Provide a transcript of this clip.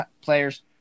players